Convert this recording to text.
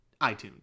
iTunes